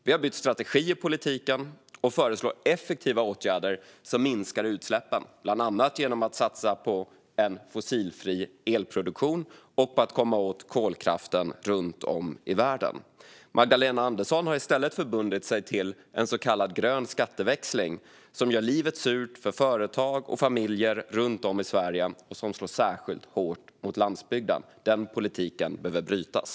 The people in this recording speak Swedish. Vi har bytt strategi i politiken och föreslår effektiva åtgärder som minskar utsläppen, bland annat genom att satsa på en fossilfri elproduktion och på att komma åt kolkraften runt om i världen. Magdalena Andersson har i stället förbundit sig till en så kallad grön skatteväxling som gör livet surt för företag och familjer runt om i Sverige och som slår särskilt hårt mot landsbygden. Den politiken behöver brytas.